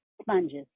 sponges